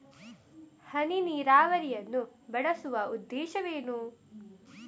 ಹನಿ ನೀರಾವರಿಯನ್ನು ಬಳಸುವ ಉದ್ದೇಶವೇನು?